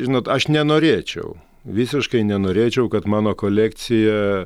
žinot aš nenorėčiau visiškai nenorėčiau kad mano kolekcija